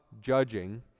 judging